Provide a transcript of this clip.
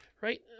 right